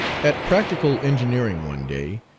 at practical engineering, one day,